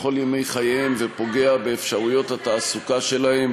לכל ימי חייהם ופוגע באפשרויות התעסוקה שלהם